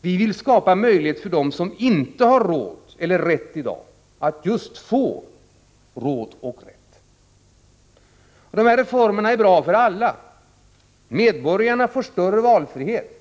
Vi vill skapa möjligheter för dem som i dag inte har råd eller rätt att fritt få välja. Dessa reformer är bra för alla. Medborgarna får större valfrihet